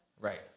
right